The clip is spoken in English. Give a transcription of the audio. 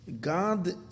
God